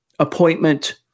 appointment